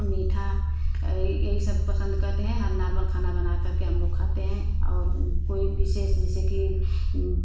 मीठा यही सब पसन्द करते हैं नॉर्मल खाना बना करके हमलोग खाते हैं और कोई विशेष जैसे कि